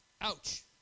ouch